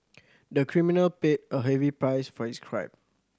the criminal paid a heavy price for his crime